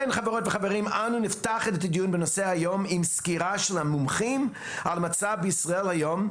אנו נפתח את הדיון היום עם סקירה של המומחים על המצב בישראל היום,